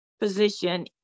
position